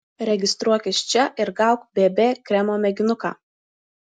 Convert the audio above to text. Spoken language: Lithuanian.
registruokis čia ir gauk bb kremo mėginuką